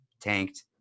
tanked